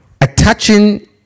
attaching